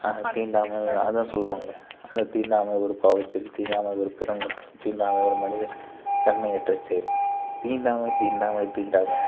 தீண்டாமை அதுதான் சொல்வாங்களே அந்த தீண்டாமை ஒரு பாவச்செயல் தீண்டாமை ஒரு பெருங்குற்றம் தீண்டாமை ஒரு மனித தன்மையற்ற செயல் தீண்டாமை தீண்டாமை தீண்டாமை